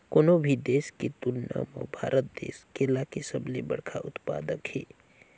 कोनो भी देश के तुलना म भारत देश केला के सबले बड़खा उत्पादक हे